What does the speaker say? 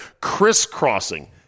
crisscrossing